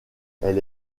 elle